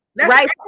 Right